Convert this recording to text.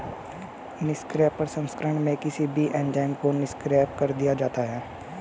निष्क्रिय प्रसंस्करण में किसी भी एंजाइम को निष्क्रिय कर दिया जाता है